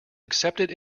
accepted